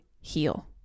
heal